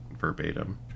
verbatim